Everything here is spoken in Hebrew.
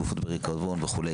גופות בריקבון וכו',